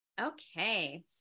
Okay